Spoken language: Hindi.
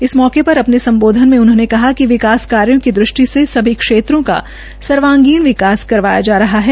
इस मौके पर अपने संबोधन में उन्होंने कहा कि विकास कार्यों की दृष्टि से सभी क्षेत्रों का सर्वांगीण विकास करवाया जा रहा है